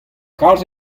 kalz